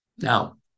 Now